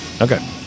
Okay